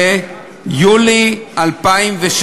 ליולי 2016,